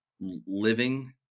living